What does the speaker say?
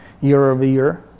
year-over-year